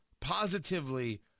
positively